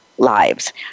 Lives